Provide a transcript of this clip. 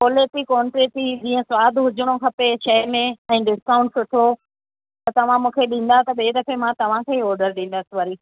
कॉलेटि quantity जीअं स्वादु हुजिणो खपे श़इ में ऐं डिस्काउंट सुठो त तव्हां मूंखे ॾींदा ॿिए दफ़े मां तव्हांखे ई ऑडर ॾींदसि वरी